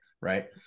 right